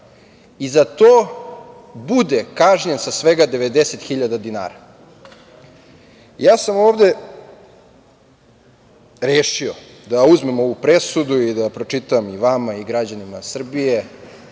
i za to bude kažnjen sa svega 90 hiljada dinara. Ja sam ovde rešio da uzmem ovu presudu i da je pročitam vama i građanima Srbije,